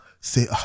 say